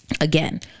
Again